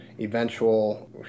eventual